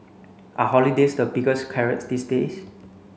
are holidays the biggest carrots these days